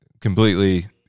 completely